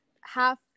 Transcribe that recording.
half